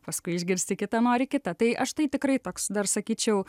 paskui išgirsti kitą nori kitą tai aš tai tikrai toks dar sakyčiau